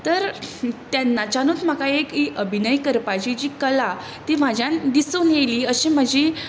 तर तेन्नाच्यानूच म्हाका एक ही अभिनय करपाची जी कला ती म्हाज्यान दिसून येली अशी म्हजी